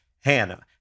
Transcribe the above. Hannah